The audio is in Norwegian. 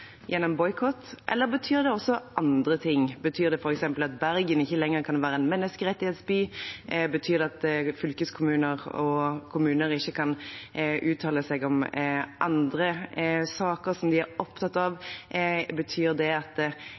gjennom boikott? Eller betyr det også andre ting? Betyr det f.eks. at Bergen ikke lenger kan være en menneskerettighetsby? Betyr det at fylkeskommuner og kommuner ikke kan uttale seg om andre EØS-saker som de er opptatt av? Betyr det at